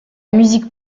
musique